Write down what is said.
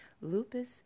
lupus